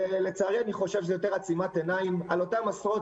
לצערי אני חושב שזה יותר עצימת עיניים לגבי אותם עשרות